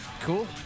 Cool